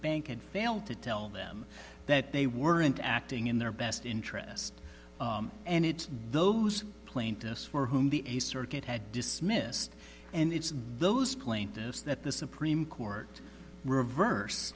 bank had failed to tell them that they weren't acting in their best interest and it's those plaintiffs for whom the a circuit had dismissed and it's those plaintiffs that the supreme court reverse